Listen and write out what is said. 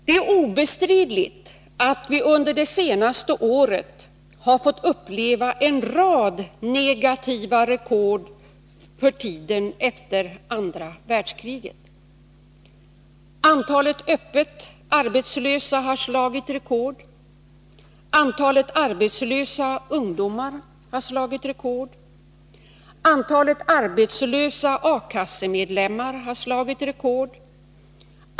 Det är obestridligt att vi under det senaste året har fått uppleva en rad negativa rekord för tiden efter andra världskriget: Antalet öppet arbetslösa har slagit rekord. Antalet arbetslösa ungdomar har slagit rekord. Antalet arbetslösa A-kassemedlemmar har slagit rekord.